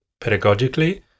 pedagogically